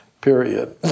period